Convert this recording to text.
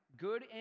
good